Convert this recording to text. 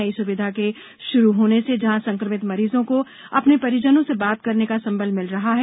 नई सुविधा के शुरू होने से जहां संक्रमित मरीजों को अपने परिजनों से बात कर संबल मिल रहा है